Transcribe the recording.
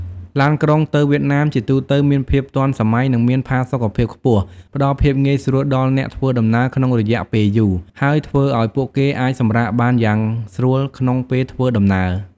ឡានក្រុងទៅវៀតណាមជាទូទៅមានភាពទាន់សម័យនិងមានផាសុកភាពខ្ពស់ ផ្តល់ភាពងាយស្រួលដល់អ្នកធ្វើដំណើរក្នុងរយៈពេលយូរ ហើយធ្វើឱ្យពួកគេអាចសម្រាកបានយ៉ាងស្រួលក្នុងពេលធ្វើដំណើរ។